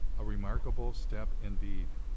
a remarkable step, indeed.